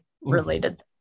related